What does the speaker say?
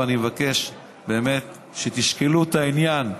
ואני מבקש באמת שתשקלו את העניין,